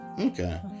Okay